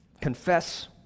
Confess